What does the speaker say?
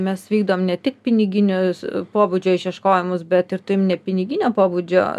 mes vykdom ne tik piniginius pobūdžio išieškojimus bet ir turim ne piniginio pobūdžio